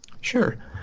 Sure